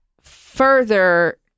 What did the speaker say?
further